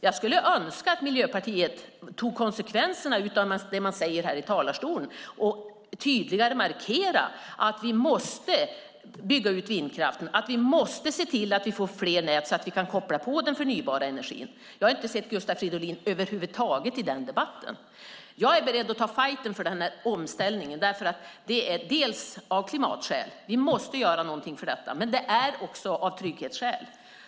Jag skulle önska att Miljöpartiet tog konsekvenserna av det man säger här i talarstolen och tydligare markerade att vi måste bygga ut vindkraften och att vi måste se till att vi får fler nät så att vi kan koppla på den förnybara energin. Jag har inte sett Gustav Fridolin över huvud taget i den debatten. Jag är beredd att ta fajten för omställningen. Den behövs dels av klimatskäl - vi måste göra någonting för detta - dels av trygghetsskäl.